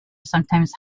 sometimes